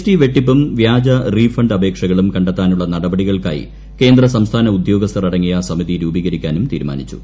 T വെട്ടിപ്പും വ്യാജ refund അപേക്ഷകളും കണ്ടെത്താനുള്ള നടപടികൾക്കായി കേന്ദ്ര സംസ്ഥാന ഉദ്യോഗസ്ഥർ അടങ്ങിയ സമിതി രൂപീകരിക്കാനും തീരുമാനിച്ചു